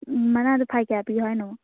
ꯎꯝ ꯃꯅꯥꯗꯨ ꯐꯥꯏ ꯀꯌꯥ ꯄꯤꯌꯣ ꯍꯥꯏꯅꯣ